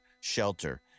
shelter